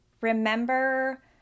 remember